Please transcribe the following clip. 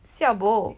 siao bo